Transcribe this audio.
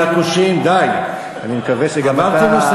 על הכושים?